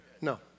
No